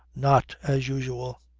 not as usual.